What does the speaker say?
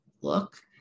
look